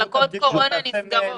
מחלקות קורונה נסגרות.